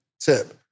tip